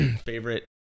favorite